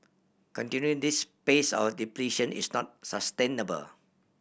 continuing this pace of depletion is not sustainable